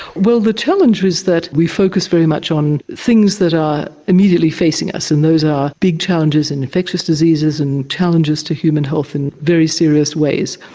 well the challenge was that we focus very much on things that are immediately facing us, and those are big challenges in infectious diseases and challenges to human health in very serious ways.